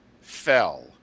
fell